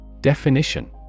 Definition